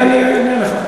אני אענה לך.